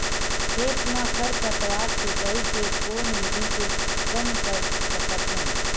खेत म खरपतवार सिंचाई के कोन विधि से कम कर सकथन?